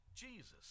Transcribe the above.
Jesus